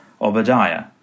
Obadiah